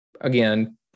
again